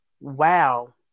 Wow